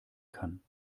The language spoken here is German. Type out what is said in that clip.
kann